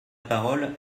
parole